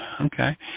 Okay